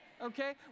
okay